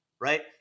right